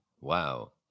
wow